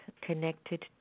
connected